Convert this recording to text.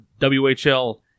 WHL